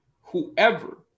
whoever